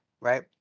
right